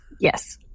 Yes